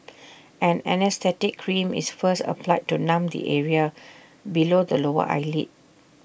an anaesthetic cream is first applied to numb the area below the lower eyelid